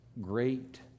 great